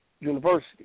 university